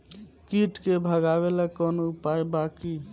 कीट के भगावेला कवनो उपाय बा की?